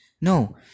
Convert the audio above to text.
No